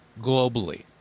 globally